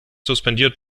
suspendiert